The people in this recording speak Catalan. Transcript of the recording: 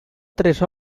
tres